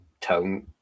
tone